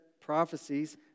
prophecies